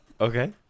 Okay